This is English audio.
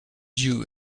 you